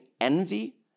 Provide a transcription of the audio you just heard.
Envy